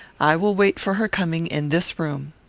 i will wait for her coming in this room.